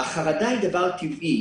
החרדה היא דבר טבעי,